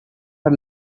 her